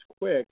quick